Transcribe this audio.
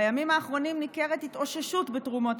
בימים האחרונים ניכרת התאוששות בתרומות